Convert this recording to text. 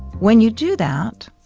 when you do that,